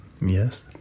Yes